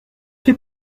fait